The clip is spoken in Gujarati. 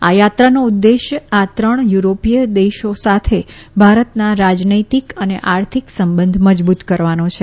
આ યાત્રાનો ઉદ્દેશ્ય આ ત્રણ યુરોપીય દેશો સાથે ભારતના રાજનૈતિક અને આર્થિક સંબંધ મજબૂત કરવાનો છે